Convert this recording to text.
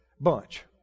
bunch